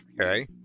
Okay